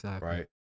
right